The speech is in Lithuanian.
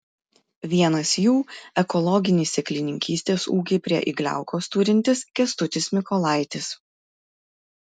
vienas jų ekologinį sėklininkystės ūkį prie igliaukos turintis kęstutis mykolaitis